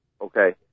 okay